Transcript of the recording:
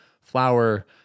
Flour